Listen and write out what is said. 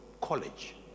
college